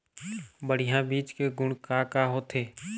बढ़िया बीज के गुण का का होथे?